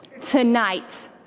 Tonight